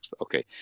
Okay